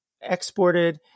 exported